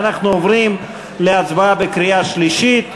ואנחנו עוברים להצבעה בקריאה השלישית.